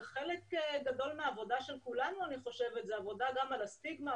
חלק גדול מהעבודה של כולנו זה עבודה גם על הסטיגמה,